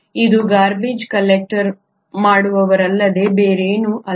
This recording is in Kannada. ಇವರು ಗಾರ್ಬೇಜ್ ಕಲೆಕ್ಟರ್ ಮಾಡುವವರಲ್ಲದೆ ಬೇರೇನೂ ಅಲ್ಲ